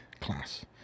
class